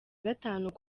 gatanu